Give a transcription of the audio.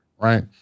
right